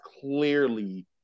clearly